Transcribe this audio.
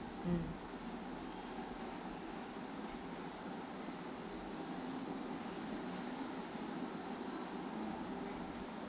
mm